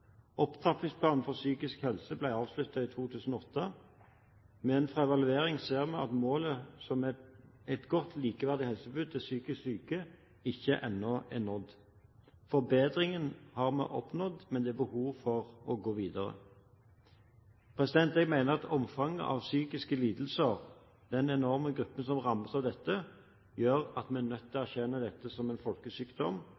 Opptrappingsplanen for psykisk helse ble avsluttet i 2008, men fra evaluering ser vi at målet om et godt, likeverdig helsetilbud til psykisk syke ennå ikke er nådd. Forbedring har vi oppnådd, men det er behov for å gå videre. Jeg mener at omfanget av psykiske lidelser – den enorme gruppen som rammes av dette – gjør at vi er nødt til